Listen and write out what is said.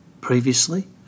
previously